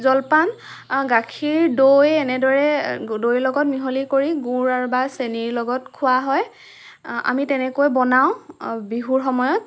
জলপান গাখীৰ দৈ এনেদৰে দৈ লগত মিহলি কৰি গুৰ আৰু বা চেনিৰ লগত খোৱা হয় আমি তেনেকৈ বনাওঁ বিহুৰ সময়ত